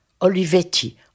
Olivetti